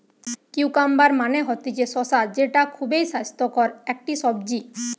cucumber মানে হতিছে শসা যেটা খুবই স্বাস্থ্যকর একটি সবজি